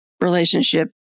relationship